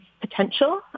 potential